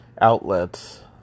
outlets